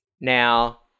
Now